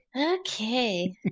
Okay